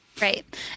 right